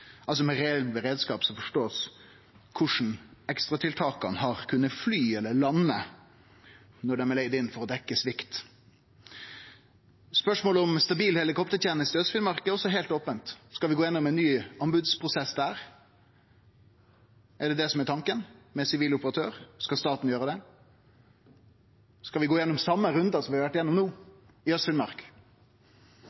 med reell beredskap er det å forstå i kva grad ekstraflya har kunna fly eller lande når dei er leigde inn for å dekkje svikt. Spørsmålet om stabil helikopterteneste i Aust-Finnmark er også heilt opent – skal vi gå igjennom ein ny anbodsprosess der? Er det det som er tanken? Med sivil operatør, eller skal staten gjere det? Skal vi gå igjennom den same runden som vi har vore igjennom no,